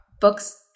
books